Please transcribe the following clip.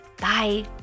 Bye